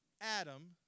Adam